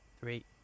three